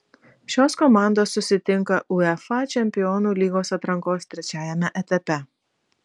šios komandos susitinka uefa čempionų lygos atrankos trečiajame etape